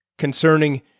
concerning